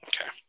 Okay